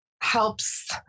helps